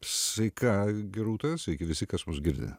sveika gerūta sveiki visi kas mus girdi